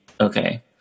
okay